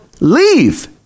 leave